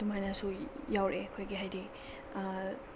ꯑꯗꯨꯃꯥꯏꯅꯁꯨ ꯌꯥꯎꯔꯛꯑꯦ ꯑꯩꯈꯣꯏꯒꯤ ꯍꯥꯏꯗꯤ